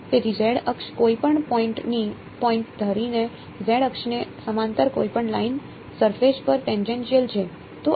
તેથી અક્ષ કોઈપણ પોઈન્ટ ધરીની અક્ષને સમાંતર કોઈપણ લાઇન સરફેશ પર ટેનજેનશિયલ છે